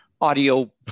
audio